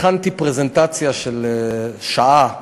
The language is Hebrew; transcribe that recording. הכנתי פרזנטציה של שעה,